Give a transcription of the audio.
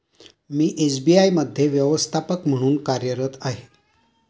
मी SBI मध्ये व्यवस्थापक म्हणून कार्यरत आहे